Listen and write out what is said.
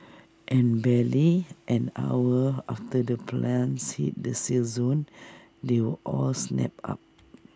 and barely an hour after the plants hit the sale zone they were all snapped up